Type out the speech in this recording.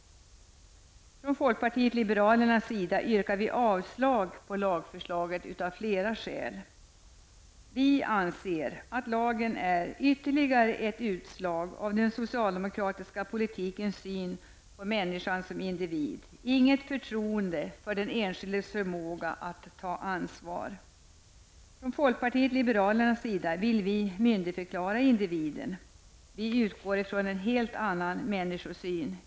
Av flera skäl yrkar vi från folkpartiet liberalerna avslag på lagförslaget. Vi anser att lagen är ytterligare ett utslag av den socialdemokratiska politikens syn på människan på individ. Man har inget förtroende för den enskildes förmåga att ta ansvar. Folkpartiet liberalerna vill myndigförklara individen. Vi utgår från en helt annan människosyn.